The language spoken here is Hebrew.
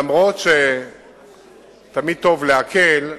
למרות שתמיד טוב להקל,